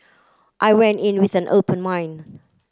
I went in with an open mind